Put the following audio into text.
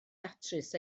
datrys